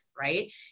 Right